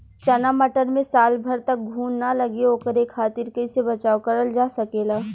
चना मटर मे साल भर तक घून ना लगे ओकरे खातीर कइसे बचाव करल जा सकेला?